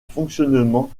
fonctionnement